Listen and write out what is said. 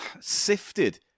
sifted